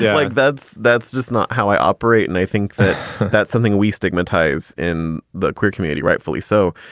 like that's that's just not how i operate. and i think that that's something we stigmatize in the queer community, rightfully so.